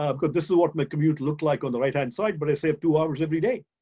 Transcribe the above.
um cause this is what my commute look like on the right-hand side but i save two hours every day.